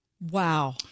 Wow